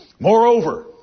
Moreover